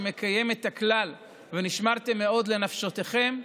שמקיים את הכלל "ונשמרתם מאוד לנפשותיכם",